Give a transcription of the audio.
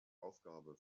aufgabe